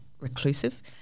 reclusive